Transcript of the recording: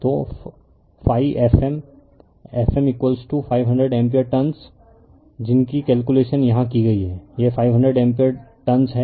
तो ∅f m f m 500 ampere turns जिनकी calculation यहाँ की गई है यह 500 एम्पीयर टर्नस है